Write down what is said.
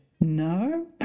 no